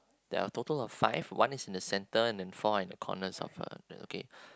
there are a total of five one is in the centre and four in the corners of her uh okay